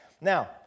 Now